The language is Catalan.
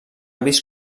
vist